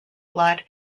blood